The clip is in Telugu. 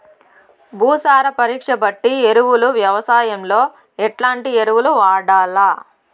భూసార పరీక్ష బట్టి ఎరువులు వ్యవసాయంలో ఎట్లాంటి ఎరువులు వాడల్ల?